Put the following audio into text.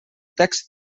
text